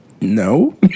no